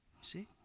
See